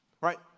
Right